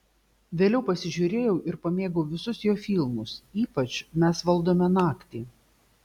vėliau pasižiūrėjau ir pamėgau visus jo filmus ypač mes valdome naktį